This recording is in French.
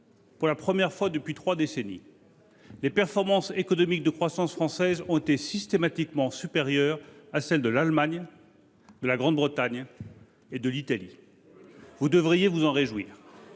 pour la première fois depuis trois décennies, la croissance française a été systématiquement supérieure à celle de l’Allemagne, de la Grande Bretagne et de l’Italie. Vous devriez vous en réjouir.